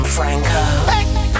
Franco